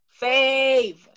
Fave